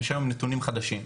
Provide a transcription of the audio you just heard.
יש היום נתונים חדשים.